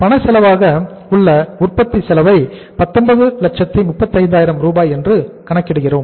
பணச்செலவாக உள்ள உற்பத்தி செலவை 1935000 என்று கணக்கிடுகிறோம்